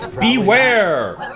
beware